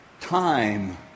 time